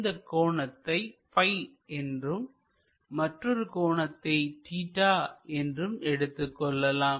இந்த கோணத்தை ப்பி என்றும் மற்றொரு கோணத்தை தீட்டா என்றும் எடுத்துக் கொள்ளலாம்